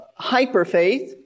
Hyperfaith